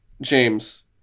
James